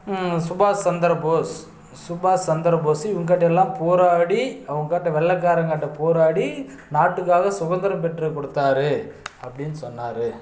சுபாஷ் சந்திரபோஸ் சுபாஷ் சந்திரபோஸ் இவங்க கிட்டே எல்லாம் போராடி அவங்கள்ட்டே வெள்ளக்காரங்கிட்ட போராடி நாட்டுக்காக சுதந்திரம் பெற்று கொடுத்தாரு அப்படின்னு சொன்னார்